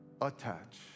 attach